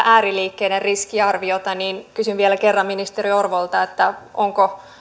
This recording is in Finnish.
ääriliikkeiden riskiarviota eli kysyn vielä kerran ministeri orvolta onko